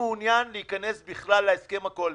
מעוניין להיכנס בכלל להסכם הקואליציוני,